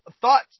thought